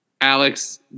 Alex